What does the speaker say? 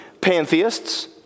pantheists